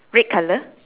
red colour